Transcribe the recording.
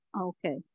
Okay